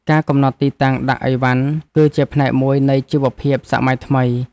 ការកំណត់ទីតាំងដាក់ឥវ៉ាន់ គឺជាផ្នែកមួយនៃជីវភាពសម័យថ្មី។